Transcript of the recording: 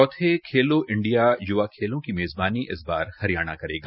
चौथे खेलों इंडिया युवा खेलों की मेजबानी इस बार हरियाणा करेगा